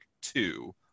two